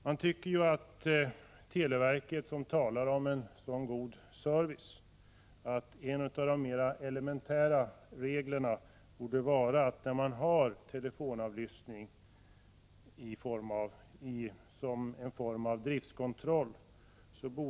Man tycker ju att televerket, som talar om god service, borde ha den elementära regeln att abonnenterna skall informeras vid telefonavlyssning som är en form av driftkontroll.